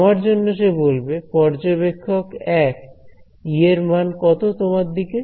আমার জন্য সে বলবে পর্যবেক্ষক 1 E1এর মান কত তোমার দিকে